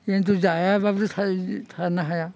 किन्तु जायाबाबो थानो हाया